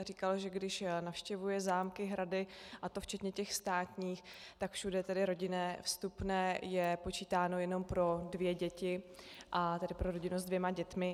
A říkal, že když navštěvuje zámky, hrady, a to včetně těch státních, tak všude rodinné vstupné je počítáno jenom pro dvě děti, tedy pro rodinu s dvěma dětmi.